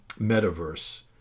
metaverse